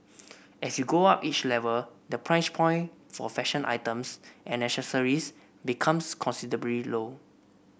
as you go up each level the price point for fashion items and accessories becomes considerably low